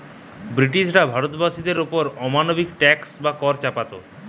ব্রিটিশরা ভারতবাসীদের ওপর অমানবিক ট্যাক্স বা কর চাপাত